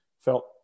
felt